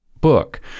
book